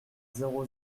zéro